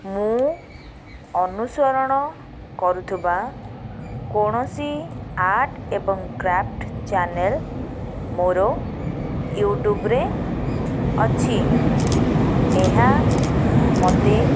ମୁଁ ଅନୁସରଣ କରୁଥିବା କୌଣସି ଆର୍ଟ ଏବଂ କ୍ରାଫ୍ଟ ଚ୍ୟାନେଲ୍ ମୋର ୟୁଟ୍ୟୁବରେ ଅଛି ଏହା ମୋତେ